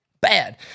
Bad